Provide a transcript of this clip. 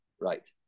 right